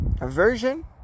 aversion